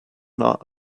not